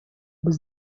быть